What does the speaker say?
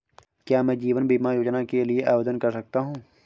क्या मैं जीवन बीमा योजना के लिए आवेदन कर सकता हूँ?